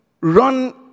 Run